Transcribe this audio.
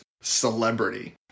celebrity